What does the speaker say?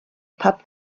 pup